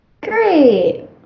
Great